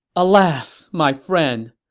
alas, my friend!